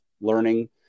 learning